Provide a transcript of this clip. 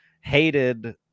hated